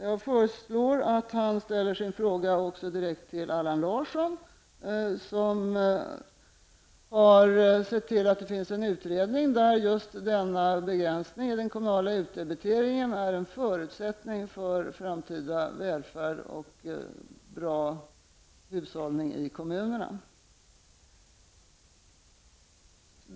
Jag föreslår att han ställer sin fråga också direkt till Allan Larsson, som har sett till att det finns en utredning där just denna begränsning i den kommunala utdebiteringen är en förutsättning för framtida välfärd och bra hushållning i kommunerna.